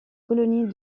colonies